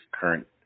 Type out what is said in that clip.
current